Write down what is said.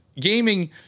gaming